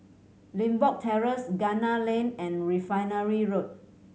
Limbok Terrace Gunner Lane and Refinery Road